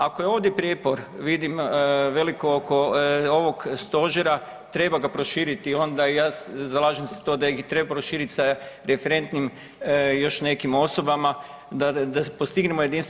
Ako je ovdje prijepor vidim veliko oko ovog stožera treba ga proširiti onda i ja zalažem se za to da ih treba proširiti sa referentnim još nekim osobama da postignemo jedinstvo.